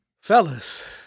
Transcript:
fellas